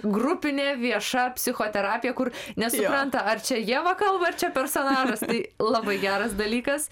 grupinė vieša psichoterapija kur nesupranta ar čia ieva kalba ar čia personažas tai labai geras dalykas